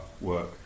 work